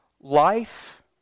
life